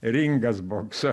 ringas bokso